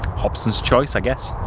hobson's choice i guess,